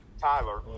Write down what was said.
Tyler